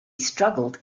struggled